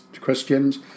Christians